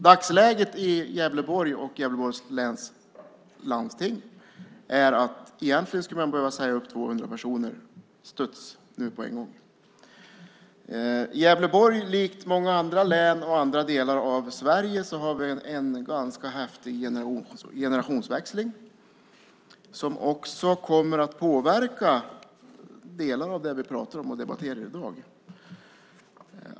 Dagsläget i Gävleborg och i Gävleborgs läns landsting är att man egentligen skulle behöva säga upp 200 personer på studs, nu på en gång. I Gävleborg, likt många andra län och andra delar av Sverige, har vi en ganska häftig generationsväxling som också kommer att påverka delar av det som vi pratar om och debatterar i dag.